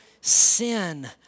sin